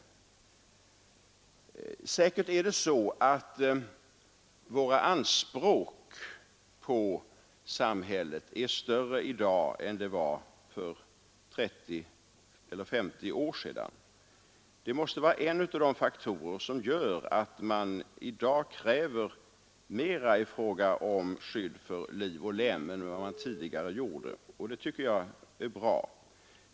Säkert är det så att våra anspråk på samhället är större i.dag än vad de var för 30 eller 50 år sedan. Det måste vara en av de faktorer som gör att man i dag kräver mera i fråga om skydd för liv och lem än vad man tidigare gjorde, och det tycker jag är bra.